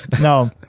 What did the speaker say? No